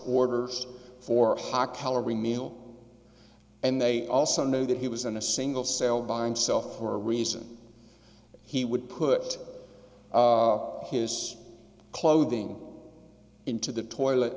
orders for high calorie meal and they also know that he was in a single cell by himself for a reason he would put his clothing into the toilet